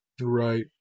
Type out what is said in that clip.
Right